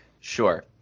sure